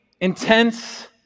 intense